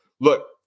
Look